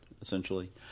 essentially